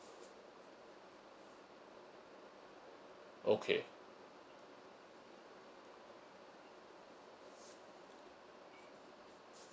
okay